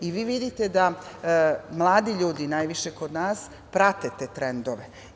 Vi vidite da mladi ljudi, najviše kod nas, prate te trendove.